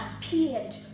appeared